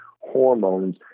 hormones